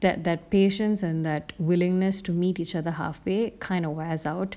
that that patients and that willingness to meet each other halfway kind of wears out